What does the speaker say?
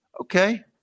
okay